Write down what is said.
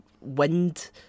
wind